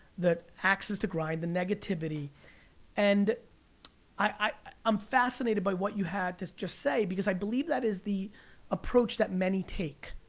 the axes to grind, the negativity and i'm fascinated by what you have to say because i believe that is the approach that many take.